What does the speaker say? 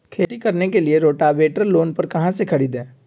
खेती करने के लिए रोटावेटर लोन पर कहाँ से खरीदे?